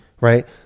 right